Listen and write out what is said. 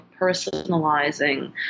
personalizing